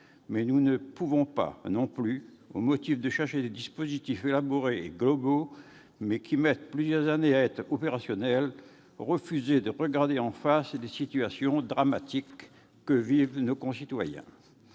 Mais nous ne pouvons pas non plus, au motif de chercher des dispositifs élaborés et globaux mais qui mettent plusieurs années à être opérationnels, refuser de regarder en face les situations dramatiques que vivent nos concitoyens.